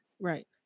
Right